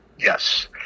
Yes